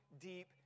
deep